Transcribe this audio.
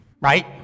right